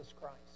Christ